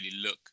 look